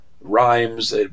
rhymes